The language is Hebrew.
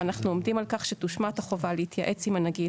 ואנחנו עומדים על כך שתושמט החובה להתייעץ עם הנגיד,